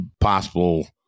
possible